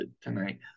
tonight